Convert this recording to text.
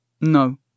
No